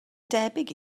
debyg